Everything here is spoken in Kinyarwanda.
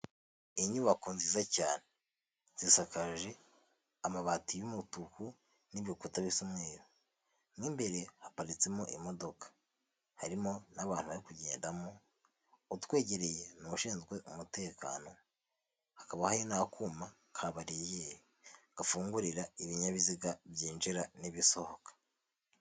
Inyubako nziza cyane, zisakaje amabati y'umutuku n'ibikuta bisa umweru, mo imbere haparitsemo imodoka, harimo n'abantu bari kugendamo utwegereye n'ushinzwe umutekano, hakaba hari n'akuma kabariyeri gafungurira ibinyabiziga byinjira n'ibisohoka.